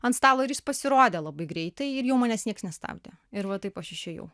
ant stalo ir jis pasirodė labai greitai ir jau manęs nieks nestabdė ir va taip aš išėjau